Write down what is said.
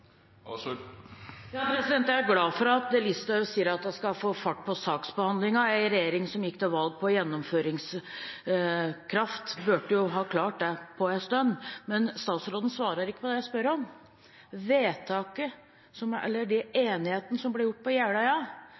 Jeg er glad for at Listhaug sier at hun skal få fart på saksbehandlingen. En regjering som gikk til valg på gjennomføringskraft, burde jo ha klart det på en stund. Men statsråden svarer ikke på det jeg spør om. Enigheten på Jeløya blir presentert av Venstre som en seier i asylsaken. Listhaug har tidligere sagt at vedtaket som